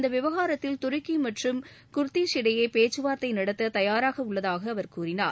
இந்த விவகாரத்தில் துருக்கி மற்றும் குர்தீஸ் இடையே பேச்சுவார்த்தை நடத்த தயாராக உள்ளதாக அவர் கூறினார்